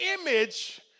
image